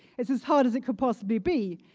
it's as hard as it could possibly be.